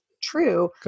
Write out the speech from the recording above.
true